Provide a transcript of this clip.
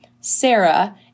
Sarah